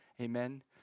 Amen